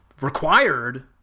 required